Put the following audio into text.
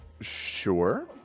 Sure